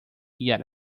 yet